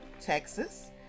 Texas